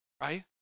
right